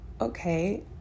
okay